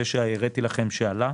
זה שהראיתי לכם שעלה,